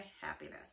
happiness